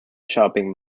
shopping